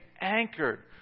anchored